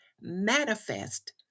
manifest